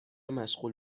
مشغول